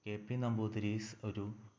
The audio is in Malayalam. കെ പി നമ്പൂതിരീസ് ഒരു